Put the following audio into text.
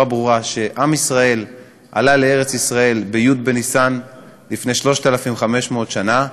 ברורה שעם ישראל עלה לארץ-ישראל בי' בניסן לפני 3,500 שנה,